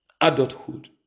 Adulthood